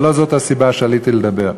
אבל לא זאת הסיבה שעליתי לדבר.